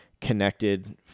connected